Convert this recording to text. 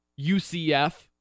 UCF